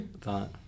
thought